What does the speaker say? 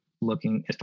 looking